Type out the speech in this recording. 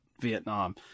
Vietnam